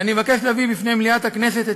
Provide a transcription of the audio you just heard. אני מבקש להביא בפני מליאת הכנסת את